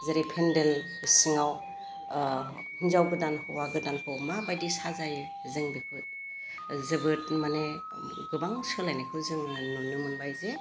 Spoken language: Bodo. जेरै पेन्डेल सिङाव हिन्जाव गोदान हौवा गोदानखौ माबायदि साजायो जों बेफोर जोबोद माने गोबां सोलायनायखौ जोङो नुनो मोनबायजे